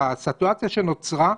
בסיטואציה שנוצרה,